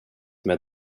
med